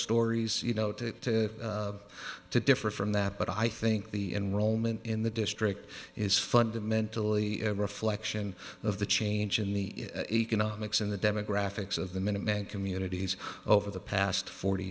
stories you know to to differ from that but i think the enrollment in the district is fundamentally a reflection of the change in the economics and the demographics of the minuteman communities over the past forty